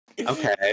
Okay